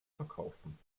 verkaufen